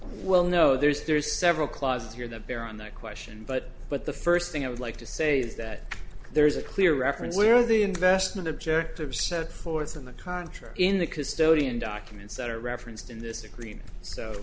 well know there's there's several closets here that bear on that question but but the first thing i would like to say is that there is a clear reference where the investment objectives set forth in the contre in the custodian documents that are referenced in this agreement so